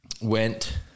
went